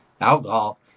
alcohol